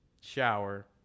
shower